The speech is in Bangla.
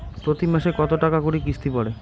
প্রতি মাসে কতো টাকা করি কিস্তি পরে?